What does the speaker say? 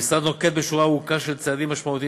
המשרד נוקט שורה ארוכה של צעדים משמעותיים